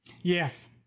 yes